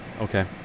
Okay